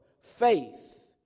faith